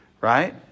right